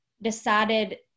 decided